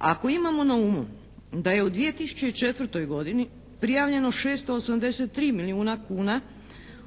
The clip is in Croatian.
Ako imamo na umu da je u 2004. godini prijavljeno 683 milijuna kuna